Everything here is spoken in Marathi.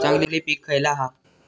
चांगली पीक खयला हा?